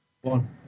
one